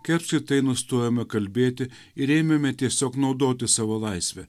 kai apskritai nustojome kalbėti ir ėmėme tiesiog naudotis savo laisve